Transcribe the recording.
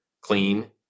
clean